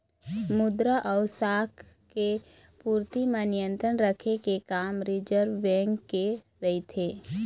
मद्रा अउ शाख के पूरति म नियंत्रन रखे के काम रिर्जव बेंक के रहिथे